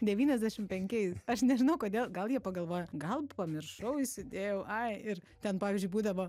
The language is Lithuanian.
devyniasdešim penkiais aš nežinau kodėl gal jie pagalvoja gal pamiršau įsidėjau ai ir ten pavyzdžiui būdavo